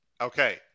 Okay